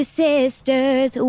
sisters